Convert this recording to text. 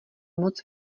moc